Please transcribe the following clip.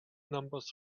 numbers